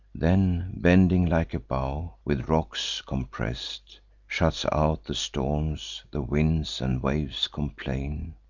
then, bending like a bow, with rocks compress'd, shuts out the storms the winds and waves complain,